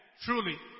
Truly